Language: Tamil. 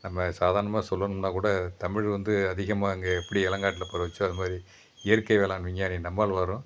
நம்ம சாதாரணமாக சொல்லணும்னா கூட தமிழ் வந்து அதிகமாக அங்கே எப்படி இலங்காட்டுல பரவுக்சோ அது மாதிரி இயற்கை வேளாண்மை விஞ்ஞானி நம்மால்வாரும்